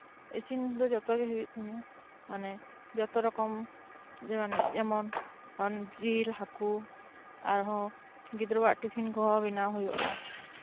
ᱤᱥᱤᱱ ᱫᱚ ᱡᱷᱚᱛᱚ ᱜᱮ ᱦᱳᱭᱳᱜ ᱛᱤᱧᱟᱹ ᱢᱟᱱᱮ ᱡᱷᱚᱛᱚ ᱨᱚᱠᱚᱢ ᱡᱮᱢᱚᱱ ᱡᱮᱢᱚᱱ ᱡᱮᱞ ᱦᱟᱠᱳ ᱟᱨᱦᱚᱸ ᱜᱤᱫᱽᱨᱟᱹᱣᱟᱜ ᱴᱤᱯᱤᱱ ᱠᱚᱦᱚᱸᱸ ᱵᱮᱱᱟᱣ ᱦᱳᱭᱳᱜᱼᱟ